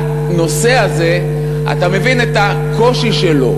הנושא הזה, אתה מבין את הקושי שלו,